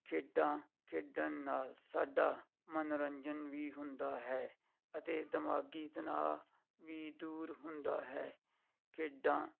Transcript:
ਖੇਡਾਂ ਖੇਡਣ ਨਾਲ ਸਾਡਾ ਮਨੋਰੰਜਨ ਵੀ ਹੁੰਦਾ ਹੈ ਅਤੇ ਦਿਮਾਗੀ ਤਨਾਅ ਵੀ ਦੂਰ ਹੁੰਦਾ ਹੈ ਖੇਡਾਂ